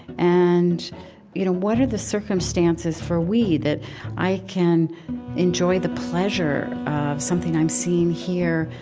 and you know what are the circumstances for we, that i can enjoy the pleasure of something i'm seeing here,